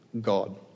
God